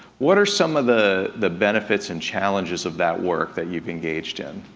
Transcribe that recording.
what are some of the the benefits and challenges of that work that you've engaged in?